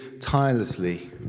tirelessly